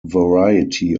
variety